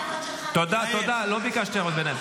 --- תודה, תודה, לא ביקשתי הערות ביניים.